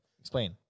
Explain